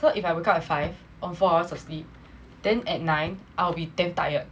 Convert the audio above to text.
so if I wake up at five on four hours of sleep then at nine I'll be damn tired